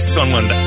Sunland